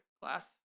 class